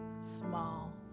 small